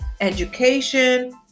education